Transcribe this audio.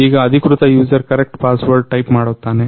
ಈಗ ಅಧಿಕೃತ user correct password type ಮಾಡುತ್ತಾನೆ